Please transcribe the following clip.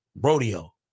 rodeo